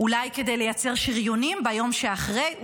אולי כדי לייצר שריונים ביום שאחרי?